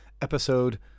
episode